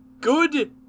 good